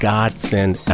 Godsend